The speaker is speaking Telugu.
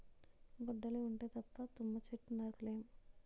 గొడ్డలి ఉంటే తప్ప తుమ్మ చెట్టు నరక లేము